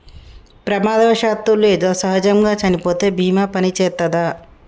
ప్రమాదవశాత్తు లేదా సహజముగా చనిపోతే బీమా పనిచేత్తదా?